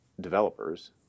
developers